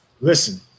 Listen